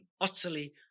utterly